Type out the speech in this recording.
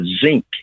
zinc